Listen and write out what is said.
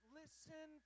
listen